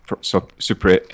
super